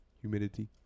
humidity